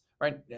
right